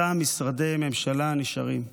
אותם משרדי ממשלה נשארים,